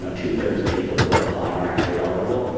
ah two thirds of people who are applying are actually eligible.